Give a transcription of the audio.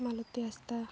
ᱢᱟᱞᱚᱛᱤ ᱦᱟᱸᱥᱫᱟ